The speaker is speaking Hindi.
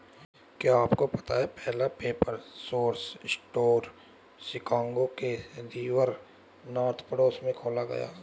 क्या आपको पता है पहला पेपर सोर्स स्टोर शिकागो के रिवर नॉर्थ पड़ोस में खोला गया?